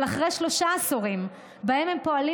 אבל אחרי שלושה עשורים שבהם הם פועלים